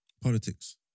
Politics